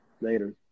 Later